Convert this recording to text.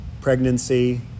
pregnancy